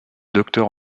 docteur